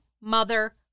mother